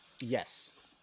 Yes